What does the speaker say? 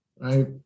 right